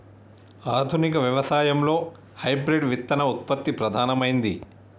ఆధునిక వ్యవసాయం లో హైబ్రిడ్ విత్తన ఉత్పత్తి ప్రధానమైంది